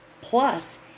Plus